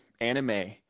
anime